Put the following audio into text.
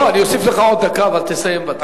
אני אוסיף לך עוד דקה, אבל תסיים בדקה.